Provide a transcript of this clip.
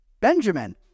Benjamin